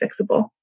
fixable